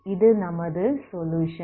இது நமது சொலுயுஷன்